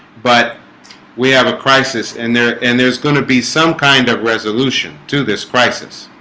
but we have a crisis in there, and there's going to be some kind of resolution to this crisis